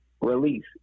release